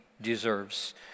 deserves